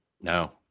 No